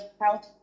health